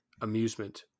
Amusement